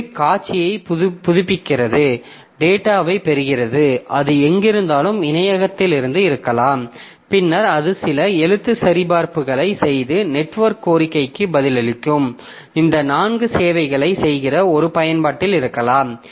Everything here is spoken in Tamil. இது காட்சியைப் புதுப்பிக்கிறது டேட்டாவைப் பெறுகிறது அது எங்கிருந்தாலும் இணையத்திலிருந்து இருக்கலாம் பின்னர் அது சில எழுத்துச் சரிபார்ப்புகளைச் செய்து நெட்வொர்க் கோரிக்கைக்கு பதிலளிக்கும் இந்த 4 சேவைகளை செய்கிற ஒரு பயன்பாட்டில் இருக்கலாம்